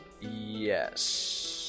Yes